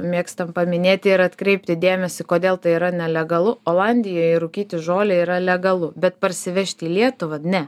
mėgstam paminėti ir atkreipti dėmesį kodėl tai yra nelegalu olandijoj rūkyti žolę yra legalu bet parsivežti į lietuvą ne